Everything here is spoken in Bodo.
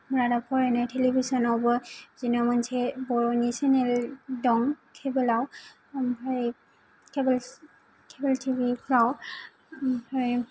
रादाब फरायनाय टेलिभिसनावबो जेनबा मोनसे बर'नि चेनेल दं केबोलाव ओमफ्राय केबोल केबोल टि भि फ्राव ओमफ्राय